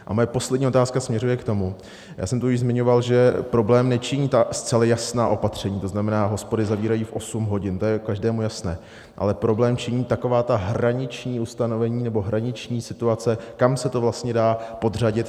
A moje poslední otázka směřuje k tomu já jsem tu již zmiňoval, že problém nečiní ta zcela jasná opatření, to znamená, hospody zavírají v osm hodin, to je každému jasné, ale problém činí taková ta hraniční ustanovení nebo hraniční situace, kam se to vlastně dá podřadit.